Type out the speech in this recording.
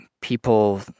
people